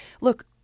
Look